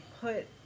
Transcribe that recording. put